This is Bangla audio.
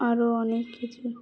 আরও অনেক কিছু